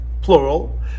Plural